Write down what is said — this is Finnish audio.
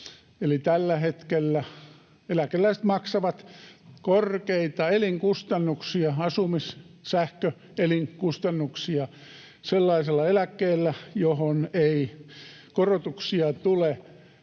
Eli tällä hetkellä eläkeläiset maksavat korkeita elinkustannuksia — asumis-, sähkö-, elinkustannuksia — sellaisella eläkkeellä, johon ei korotuksia tule.